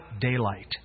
daylight